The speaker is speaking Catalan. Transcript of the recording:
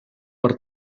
per